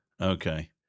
Okay